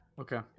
Okay